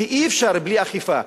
כי אי-אפשר בלי אכיפה,